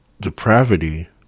Depravity